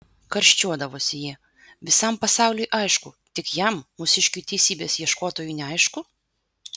karščiuodavosi ji visam pasauliui aišku tik jam mūsiškiui teisybės ieškotojui neaišku